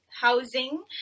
housing